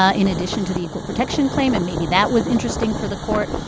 ah in addition to the equal protection claim. and maybe that was interesting for the court.